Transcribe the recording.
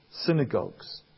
synagogues